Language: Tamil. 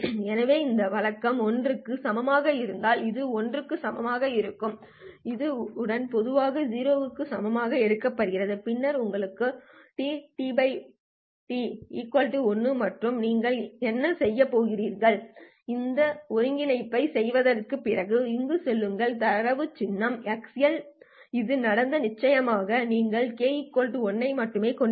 எனவே இந்த வழக்கு l க்கு சமமாக இருந்தால் இது 1 க்கு சமமாக இருக்கும் இந்த ej2πf0t f0 உடன் பொதுவாக 0 க்கு சமமாக எடுக்கப்படுகிறது பின்னர் உங்களுக்கு t t T 1 மற்றும் நீங்கள் என்ன செய்யப் போகிறீர்கள் இந்த ஒருங்கிணைப்பைச் செய்தபின் இங்கு செல்லுங்கள் தரவு சின்னம் XL இது நடக்க நிச்சயமாக நீங்கள் k l ஐ மட்டுமே கொண்டிருக்க வேண்டும்